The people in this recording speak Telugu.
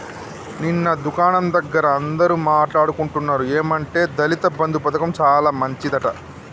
నిన్న దుకాణం దగ్గర అందరూ మాట్లాడుకుంటున్నారు ఏమంటే దళిత బంధు పథకం చాలా మంచిదట